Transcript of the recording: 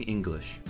English，